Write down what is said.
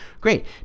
Great